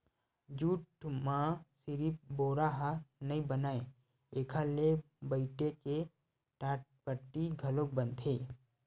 jute म सिरिफ बोरा ह नइ बनय एखर ले बइटे के टाटपट्टी घलोक बनथे